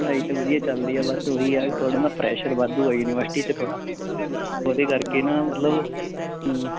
ਪੜ੍ਹਾਈ ਤਾਂ ਵਧੀਆ ਚੱਲਦੀ ਆ ਬਸ ਉਹੀ ਆ ਥੋੜ੍ਹਾ ਨਾ ਪ੍ਰੈਸ਼ਰ ਵਾਧੂ ਆ ਯੂਨੀਵਰਸਿਟੀ 'ਚ ਥੋੜ੍ਹਾ ਉਹਦੇ ਕਰਕੇ ਨਾ ਮਤਲਬ